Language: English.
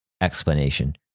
explanation